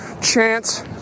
Chance